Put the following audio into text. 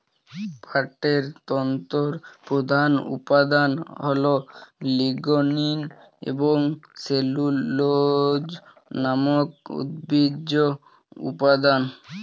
পাটের তন্তুর প্রধান উপাদান হল লিগনিন এবং সেলুলোজ নামক উদ্ভিজ্জ উপাদান